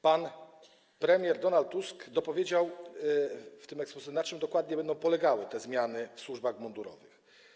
Pan premier Donald Tusk dopowiedział w exposé, na czym dokładnie będą polegały zmiany w służbach mundurowych.